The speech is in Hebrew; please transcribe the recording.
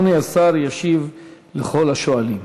אדוני השר ישיב לכל השואלים.